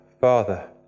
Father